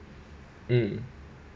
mm